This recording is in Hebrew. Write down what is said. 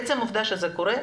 עצם העובדה שזה קורה,